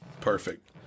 perfect